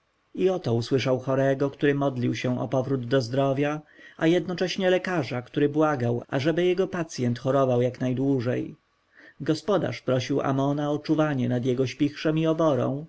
i oto słyszał chorego który modlił się o powrót do zdrowia a jednocześnie lekarza który błagał ażeby jego pacjent chorował jak najdłużej gospodarz prosił amona o czuwanie nad jego śpichrzem i